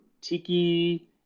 tiki